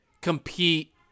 compete